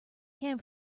can